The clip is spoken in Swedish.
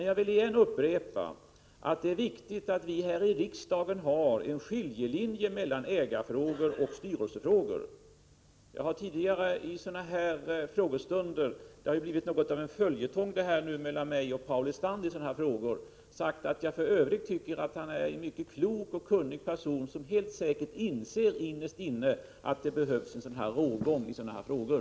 Jag vill upprepa att det är viktigt att vi här i riksdagen har en skiljelinje mellan ägarfrågor och styrelsefrågor. Sådana här frågor har blivit något av en följetong mellan mig och Paul Lestander, och vid sådana tidigare tillfällen har jag sagt att jag för övrigt tycker att Paul Lestander är en mycket klok och kunnig person som helt säkert innerst inne inser att det behövs en rågång i dessa frågor.